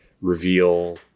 reveal